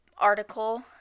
article